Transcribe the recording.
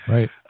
Right